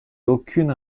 aucune